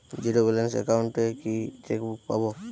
Zero balance account এ কি chequebook পাব?